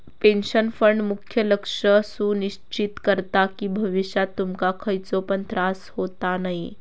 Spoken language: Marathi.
पेंशन फंड मुख्य लक्ष सुनिश्चित करता कि भविष्यात तुमका खयचो पण त्रास होता नये